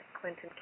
Clinton